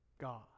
God